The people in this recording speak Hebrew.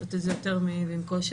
לעשות את זה יותר עם קושי,